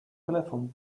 telefon